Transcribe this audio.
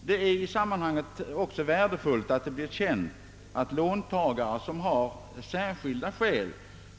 Det är i sammanhanget också värdefullt att det blir känt att låntagare som har särskilda skäl